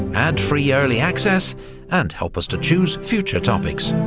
ad-free early access and help us to choose future topics.